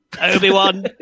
Obi-Wan